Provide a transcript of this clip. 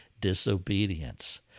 disobedience